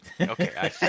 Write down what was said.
Okay